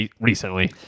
recently